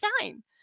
time